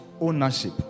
ownership